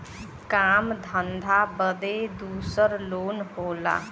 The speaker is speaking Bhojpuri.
काम धंधा बदे दूसर लोन होला